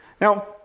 Now